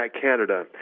Canada